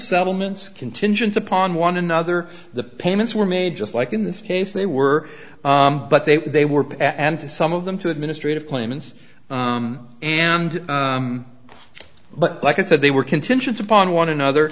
settlements contingent upon one another the payments were made just like in this case they were but they were they were added to some of them to administrative claimants and but like i said they were contingent upon one another